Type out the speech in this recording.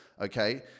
okay